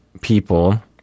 people